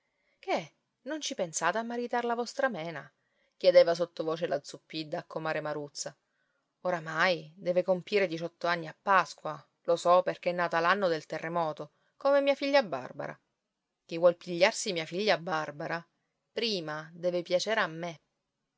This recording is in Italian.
che non ci pensate a maritar la vostra mena chiedeva sottovoce la zuppidda a comare maruzza oramai deve compire diciotto anni a pasqua lo so perché è nata l'anno del terremoto come mia figlia barbara chi vuol pigliarsi mia figlia barbara prima deve piacere a me